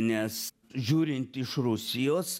nes žiūrint iš rusijos